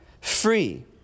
free